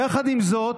יחד עם זאת,